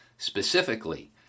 Specifically